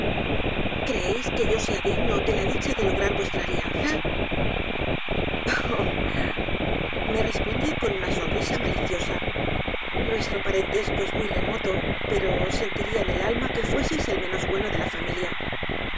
creéis que yo sea digno de la dicha de lograr vuestra alianza oh me respondió con una sonrisa maliciosa nuestro parentesco es muy remoto pero sentiría en el alma que fueseis el menos bueno de la familia